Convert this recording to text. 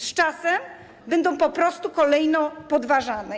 Z czasem będą po prostu kolejno podważane.